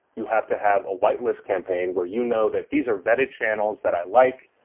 you have to have a whitelist campaign where you know that these are vetted channels that i like.